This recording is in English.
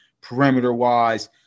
perimeter-wise